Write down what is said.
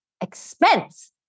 expense